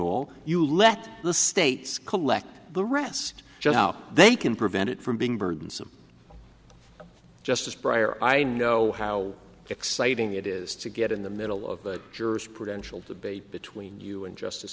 all you let the states collect the rest they can prevent it from being burdensome justice prior i know how exciting it is to get in the middle of that jurisprudential debate between you and justice